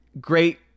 Great